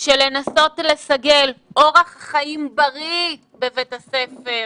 לנסות לסגל אורח בריא בבית הספר,